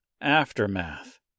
Aftermath